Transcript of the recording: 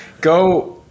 go